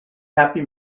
happy